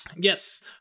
Yes